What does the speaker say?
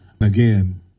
Again